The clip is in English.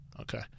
Okay